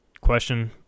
question